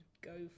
go